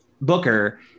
Booker